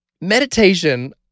Meditation